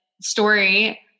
story